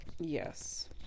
Yes